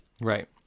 Right